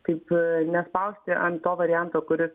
kaip nespausti ant to varianto kuris